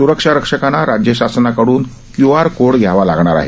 स्रक्षारक्षकांना राज्य शासनाकडून QR code घ्यावा लागणार आहे